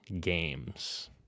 games